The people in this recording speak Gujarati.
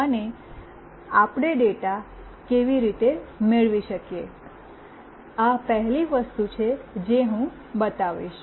અને આપણે ડેટા કેવી રીતે મેળવી શકીએ આ પહેલી વસ્તુ છે જે હું બતાવીશ